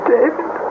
David